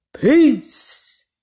Peace